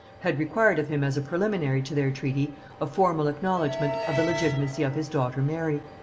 had required of him as a preliminary to their treaty a formal acknowledgement of the legitimacy of his daughter mary.